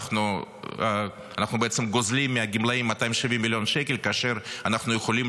אנחנו גוזלים מהגמלאים 270 מיליון שקל כשאנחנו יכולים